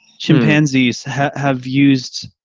chimpanzees have have used